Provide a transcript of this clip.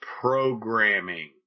programming